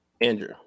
Andrew